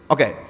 Okay